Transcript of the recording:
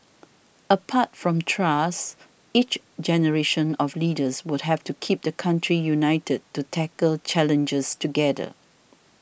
apart from trust each generation of leaders would have to keep the country united to tackle challenges together